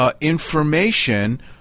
information